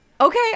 Okay